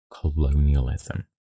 colonialism